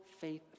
faith